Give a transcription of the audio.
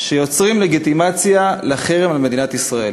שיוצרים לגיטימציה לחרם על מדינת ישראל.